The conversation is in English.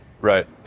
Right